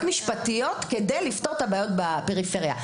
משפטיות כדי לפתור את הבעיות בפריפריה.